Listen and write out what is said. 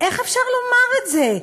איך אפשר לומר את זה,